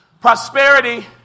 Prosperity